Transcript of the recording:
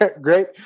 Great